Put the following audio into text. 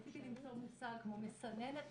ניסיתי למצוא מושג כמו מסננת,